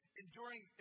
enduring